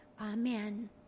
Amen